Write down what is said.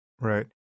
Right